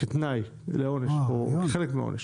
כתנאי לעונש או חלק מהעונש.